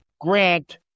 grant